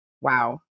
Wow